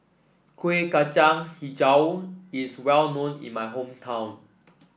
Kuih Kacang hijau is well known in my hometown